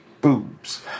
boobs